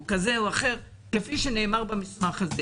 כפי שנאמר במסמך הזה.